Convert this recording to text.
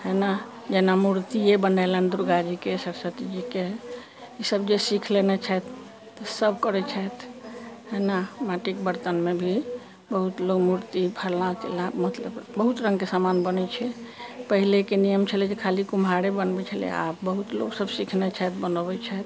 एना जेना मूर्तिए बनेलनि दुर्गा जीके सरस्वती जीके ईसभ जे सीख लेने छथि सभ करैत छथि एना माटिके बर्तनमे भी बहुत लोग मूर्ति फलना चिलना मतलब बहुत रङ्गके सामान बनैत छै पहिलेके नियम छलै जे खाली कुम्हारे बनबै छलै आब बहुत लोकसभ सिखने छैथ बनबै छथि